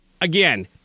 Again